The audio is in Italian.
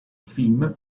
film